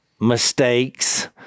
mistakes